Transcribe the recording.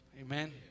Amen